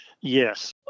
Yes